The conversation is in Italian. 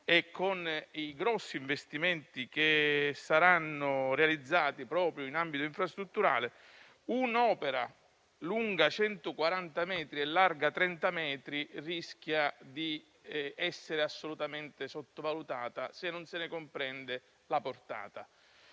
e con i grossi investimenti che saranno realizzati proprio in ambito infrastrutturale, un'opera lunga 140 metri e larga 30 metri rischia di essere assolutamente sottovalutata, se non se ne comprende la portata.